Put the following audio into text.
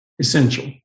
essential